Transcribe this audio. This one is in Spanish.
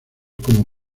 como